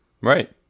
right